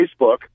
Facebook